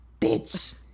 bitch